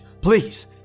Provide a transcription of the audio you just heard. please